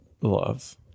love